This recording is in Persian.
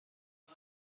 طور